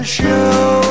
show